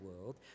world